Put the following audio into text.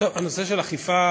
הנושא של אכיפה,